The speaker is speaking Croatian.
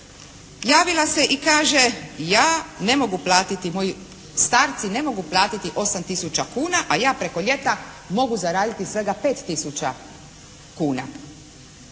javila se i kaže: «Ja ne mogu platiti, moji starci ne mogu platiti 8 tisuća kuna, a ja preko ljeta mogu zaraditi svega 5 tisuća